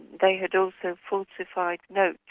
they had also falsified notes,